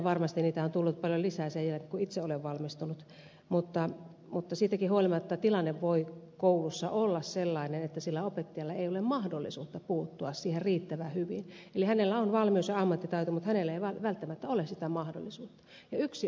varmasti niitä on tullut paljon lisää sen jälkeen kun itse olen valmistunut mutta siitäkin huolimatta tilanne voi koulussa olla sellainen että sillä opettajalla ei ole mahdollisuutta puuttua siihen riittävän hyvin eli hänellä on valmius ja ammattitaito mutta hänellä ei välttämättä ole sitä mahdollisuutta